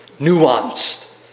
Nuanced